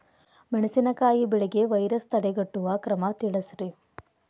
ಮೆಣಸಿನಕಾಯಿ ಬೆಳೆಗೆ ವೈರಸ್ ತಡೆಗಟ್ಟುವ ಕ್ರಮ ತಿಳಸ್ರಿ